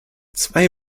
zwei